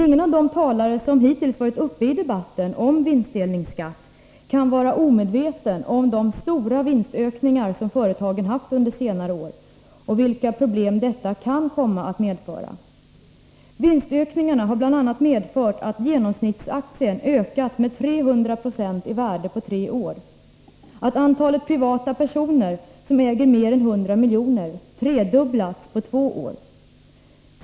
Ingen av de talare som hittills har varit uppe i debatten om vinstdelningsskatt kan dock vara omedveten om de stora vinstökningar som företagen haft under senare år och vilka problem detta kan komma att medföra. Vinstökningarna har bl.a. medfört att genomsnittsaktien ökat i värde med 300 96 på tre år, och att antalet privatpersoner som äger mer än 100 miljoner har tredubblats på två år.